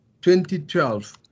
2012